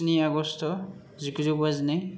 स्नि आगष्ट जिगुजौ बाजिनै